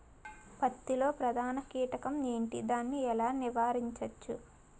పత్తి లో ప్రధాన కీటకం ఎంటి? దాని ఎలా నీవారించచ్చు?